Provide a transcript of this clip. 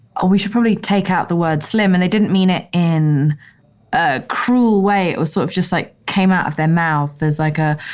ah we should probably take out the word slim. and they didn't mean it in a cruel way or sort of just like came out of their mouth as like a,